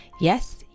Yes